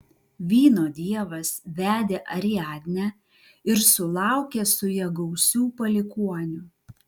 vyno dievas vedė ariadnę ir sulaukė su ja gausių palikuonių